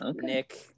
Nick